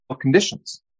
conditions